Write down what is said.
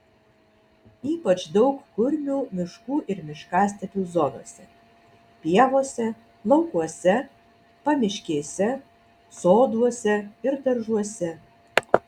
ypač daug kurmių miškų ir miškastepių zonose pievose laukuose pamiškėse soduose ir daržuose